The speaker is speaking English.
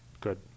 Good